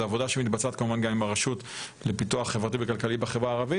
זו עבודה שמתבצעת כמובן גם עם הרשות לפיתוח חברתי וכלכלי בחברה הערבית,